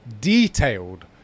detailed